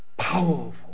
powerful